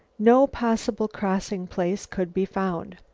no possible crossing-place could be found.